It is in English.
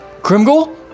Krimgul